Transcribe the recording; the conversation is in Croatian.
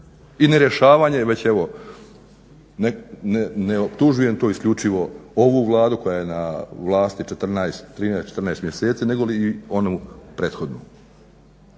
i nerješavanje već evo ne optužujem tu isključivo ovu Vlada koja je na vlasti 13, 14 mjeseci negoli i onu prethodnu.